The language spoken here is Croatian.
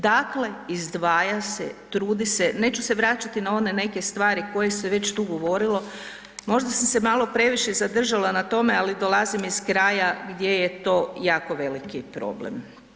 Dakle, izdvaja se, trudi se, neću se vraćati na one neke stvari koje se već tu govorilo, možda sam se malo previše zadržala na tome, ali dolazim iz kraja gdje je to jako veliki problem.